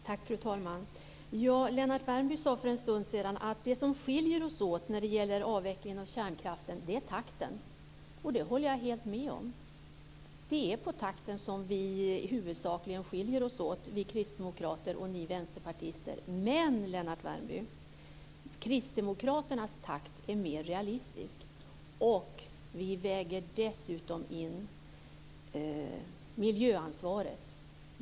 Fru talman! Lennart Värmby sade för en stund sedan att det som skiljer oss åt när det gäller avvecklingen av kärnkraften är takten. Det håller jag helt med om. Det är huvudsakligen vad gäller takten som vi skiljer oss åt, vi kristdemokrater och ni vänsterpartister. Men kristdemokraternas takt är mer realistisk, Lennart Värmby, och vi väger dessutom in miljöansvaret.